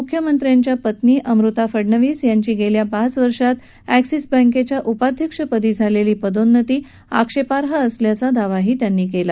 मुख्यमंत्र्यांच्या पत्नी अमुता फडनवीस यांची गेल्या पाच वर्षात अँक्सिस बँकेच्या उपाध्यक्षपदी झालेली पदोन्नती आक्षेपार्ह असल्याचा दावाही त्यांनी केला